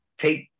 take